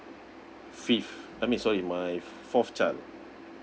fifth I mean sorry my fourth child